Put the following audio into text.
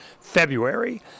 February